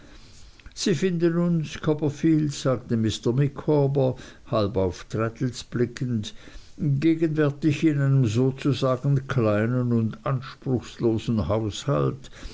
sie finden uns copperfield sagte mr micawber halb auf traddles blickend gegenwärtig in einem sozusagen kleinen und anspruchslosen haushalt